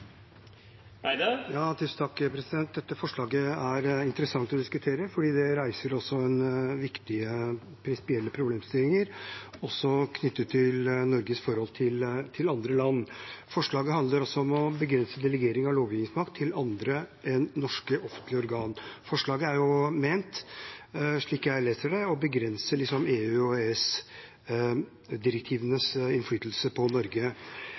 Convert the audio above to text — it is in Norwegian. interessant å diskutere, for det reiser også viktige prinsipielle problemstillinger knyttet til Norges forhold til andre land. Forslaget handler altså om å begrense delegering av lovgivermakt til andre enn norske offentlige organer. Forslaget er ment, slik jeg leser det, å begrense EU- og EØS-direktivenes innflytelse på Norge.